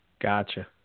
Gotcha